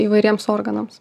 įvairiems organams